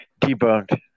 debunked